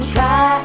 Try